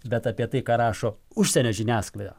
bet apie tai ką rašo užsienio žiniasklaida